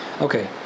Okay